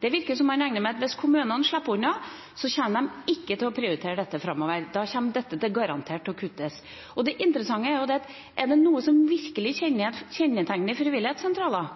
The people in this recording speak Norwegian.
Det virker som om man regner med at hvis kommunene slipper unna, kommer de ikke til å prioritere dette framover, da kommer dette garantert til å kuttes. Det interessante er at hvis det er noe som virkelig kjennetegner frivilligsentraler,